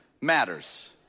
matters